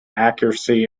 accuracy